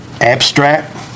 Abstract